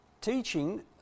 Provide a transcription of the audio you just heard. teaching